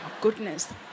goodness